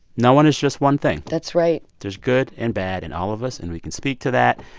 no one is just one thing that's right there's good and bad in all of us, and we can speak to that.